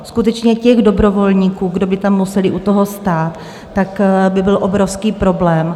Skutečně těch dobrovolníků, kdo by tam museli u toho stát, by byl obrovský problém.